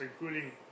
including